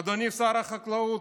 אדוני שר החקלאות,